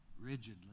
rigidly